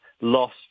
lost